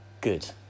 Good